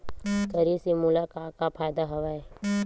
करे से मोला का का फ़ायदा हवय?